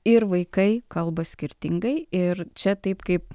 ir vaikai kalba skirtingai ir čia taip kaip